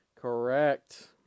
correct